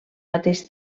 mateix